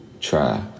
try